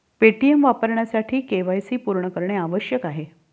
Paytm वापरण्यासाठी KYC पूर्ण करणे आवश्यक आहे